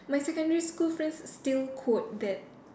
my secondary school friends still quote that